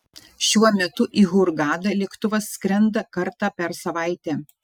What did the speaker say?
šiuo metu į hurgadą lėktuvas skrenda kartą per savaitę